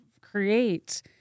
create